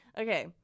Okay